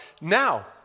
now